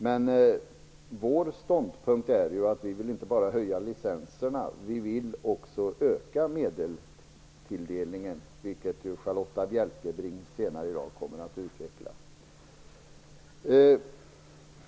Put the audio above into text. Men vår ståndpunkt är att vi inte bara vill höja licenserna utan också vill öka medelstilldelningen, vilket Charlotta Bjälkebring senare i dag kommer att utveckla.